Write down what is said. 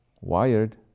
wired